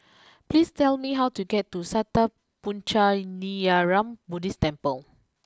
please tell me how to get to Sattha Puchaniyaram Buddhist Temple